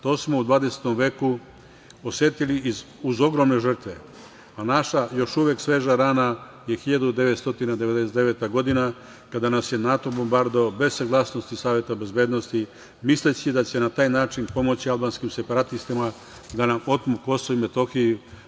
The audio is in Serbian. To smo u 20. veku osetili uz ogromne žrtve, a naša još uvek sveža rana je 1999. godina kada nas je NATO bombardovao bez saglasnosti Saveta bezbednosti, misleći da će na taj način pomoći albanskim separatistima da nam otmu Kosovo i Metohiju.